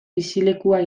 bizilekua